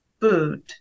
food